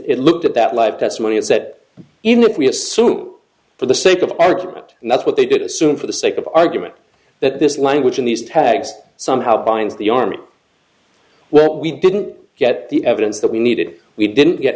it looked at that live testimony is that even if we assume for the sake of argument and that's what they did assume for the sake of argument that this language in these tags somehow binds the army well we didn't get the evidence that we needed we didn't get